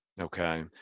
Okay